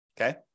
Okay